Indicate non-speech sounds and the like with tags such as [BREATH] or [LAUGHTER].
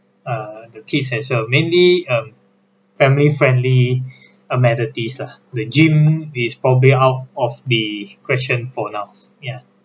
uh the kids as well mainly um family friendly [BREATH] amenities lah the gym is probably out of the question for now ya